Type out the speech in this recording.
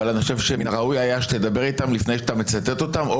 אבל אני חושב שמן הראוי שתדבר איתם לפני שאתה מצטט אותם,